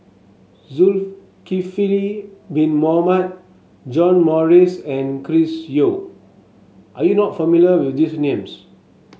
Zulkifli Bin Mohamed John Morrice and Chris Yeo are you not familiar with these names